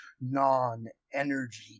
non-energy